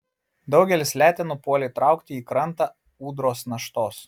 daugelis letenų puolė traukti į krantą ūdros naštos